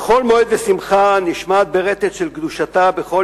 בכל מועד ושמחה נשמעת ברטט של קדושה בכל